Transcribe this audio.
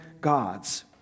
Gods